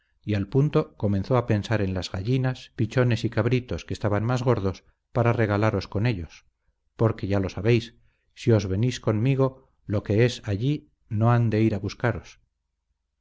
y al punto comenzó a pensar en las gallinas pichones y cabritos que estaban más gordos para regalaros con ellos conque ya lo sabéis si os venís conmigo lo que es allí no han de ir a buscaros